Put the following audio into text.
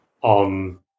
on